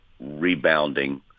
rebounding